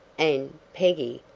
and, peggy,